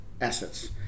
assets